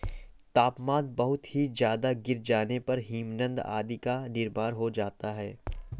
तापमान बहुत ही ज्यादा गिर जाने पर हिमनद आदि का निर्माण हो जाता है